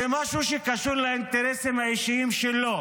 זה משהו שקשור לאינטרסים האישיים שלו.